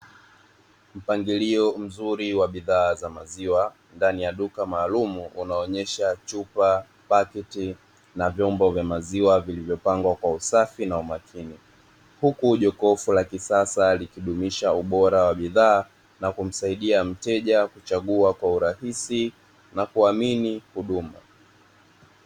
Mpangilio mzuri wa bidhaa za maziwa ndani ya duka maalum wanaonyesha: chupa, paketi, na vyombo vya maziwa vilivyopangwa kwa usafi na umakini. Huku jokofu la kisasa likidumisha ubora wa bidhaa na kumsaidia mteja kuchagua kwa urahisi na kuamini huduma.